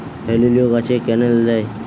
হেলিলিও গাছে ক্যানেল দেয়?